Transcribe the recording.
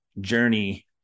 journey